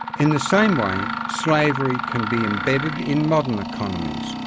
in the same way, slavery can be embedded in modern economies.